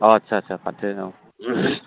अ आच्चा आच्चा आच्चा फाथो